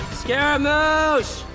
scaramouche